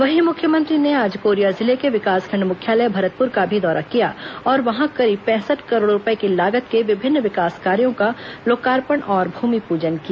वहीं मुख्यमंत्री ने आज कोरिया जिले के विकासखंड मुख्यालय भरतपुर का भी दौरा किया और वहां करीब पैंसठ करोड़ रूपये की लागत के विभिन्न विकास कार्यों का लोकार्पण और भूमिपूजन किया